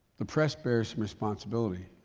the press bears some responsibility,